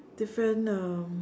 different um